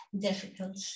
difficult